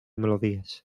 melodies